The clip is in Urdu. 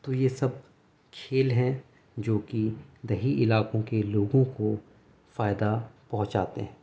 تو یہ سب کھیل ہیں جو کہ دیہی علاقوں کے لوگوں کو فائدہ پہنچاتے ہیں